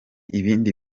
ibindi